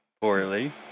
poorly